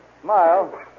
Smile